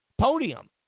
podium